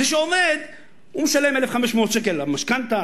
זה שעובד משלם 1,500 שקל למשכנתה,